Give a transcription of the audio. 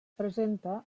presenta